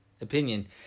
opinion